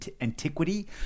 antiquity